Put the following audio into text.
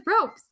ropes